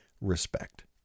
respect